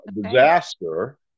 disaster